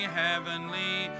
heavenly